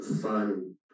fun